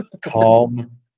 calm